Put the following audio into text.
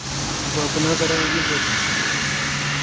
अब अपना कराएंगे बस